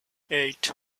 eight